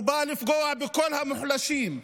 הוא בא לפגוע בכל המוחלשים,